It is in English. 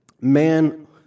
man